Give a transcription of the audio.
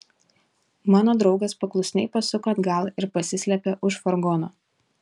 mano draugas paklusniai pasuko atgal ir pasislėpė už furgono